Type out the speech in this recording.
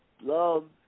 love